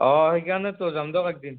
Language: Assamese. অঁ সেইকাৰণেতো যাম দিয়ক একদিন